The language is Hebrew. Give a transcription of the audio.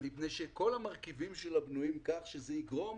מפני שכל המרכיבים שלה בנויים כך שזה יגרום